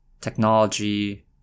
technology